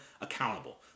accountable